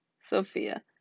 Sophia